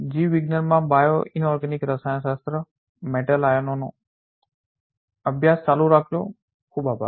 જીવવિજ્ઞાનમાં bioinorganic રસાયણશાસ્ત્ર metal આયનોનો અભ્યાસ ચાલુ રાખવાનો ખૂબ આભાર